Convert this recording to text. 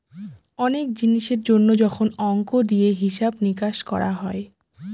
অনেক জিনিসের জন্য যখন অংক দিয়ে হিসাব নিকাশ করা হয়